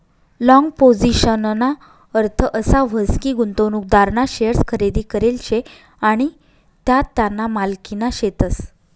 long पोझिशनना अर्थ असा व्हस की, गुंतवणूकदारना शेअर्स खरेदी करेल शे आणि त्या त्याना मालकीना शेतस